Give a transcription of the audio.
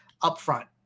upfront